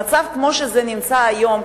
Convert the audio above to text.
במצב כמו שזה נמצא היום,